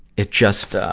it just, ah,